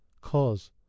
cause